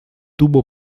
tuvo